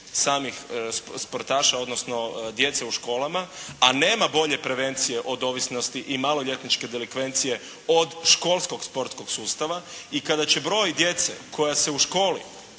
samih sportaša, odnosno djece u školama, a nema bolje prevencije od ovisnosti i maloljetničke delikvencije od školskog sportskog sustava. I kada će broj djece koja se u školi